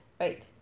right